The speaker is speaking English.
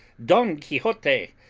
don quixote,